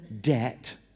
debt